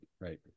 right